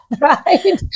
right